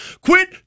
Quit